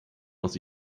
aus